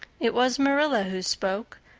it was marilla who spoke,